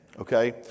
Okay